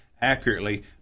accurately